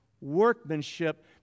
workmanship